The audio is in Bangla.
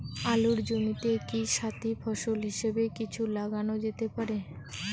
আলুর জমিতে কি সাথি ফসল হিসাবে কিছু লাগানো যেতে পারে?